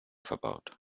verbaut